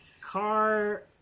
car